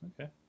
Okay